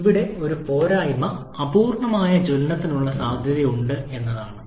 എന്നാൽ ഇവിടെ ഒരു പോരായ്മ അപൂർണ്ണമായ ജ്വലനത്തിനുള്ള സാധ്യതയുണ്ട് എന്നതാണ്